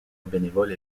bénévole